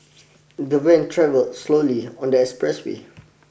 the van travelled slowly on the expressway